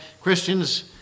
Christians